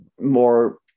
more